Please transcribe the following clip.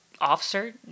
officer